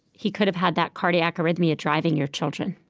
he could've had that cardiac arrhythmia driving your children.